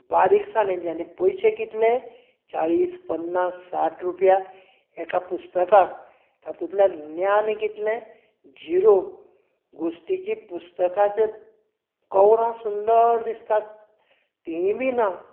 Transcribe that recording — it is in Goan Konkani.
बारीक साणेन आनी पयशे कितले चाळीस पन्नास साठ रुपया एका पुस्तकाक तातूंतल्यान ज्ञान कितलें झिरो गोष्टीची पुस्तकाच कवरां सुंदर दिसतात तिंवूय बी ना